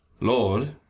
Lord